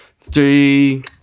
three